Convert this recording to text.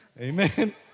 Amen